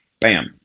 Bam